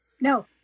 No